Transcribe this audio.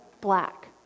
black